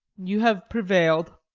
you have prevail'd.